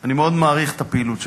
אני מאוד מעריך את הפעילות שלך,